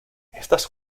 estas